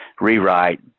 rewrite